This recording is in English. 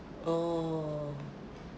oh